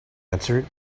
answered